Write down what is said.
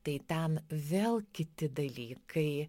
tai ten vėl kiti dalykai